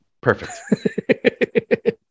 Perfect